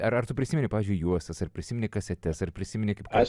ar ar tu prisimeni pavyzdžiui juostas ar prisimeni kasetes ar prisimeni kaip